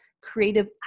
creative